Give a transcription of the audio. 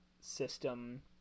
system